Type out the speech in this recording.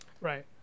right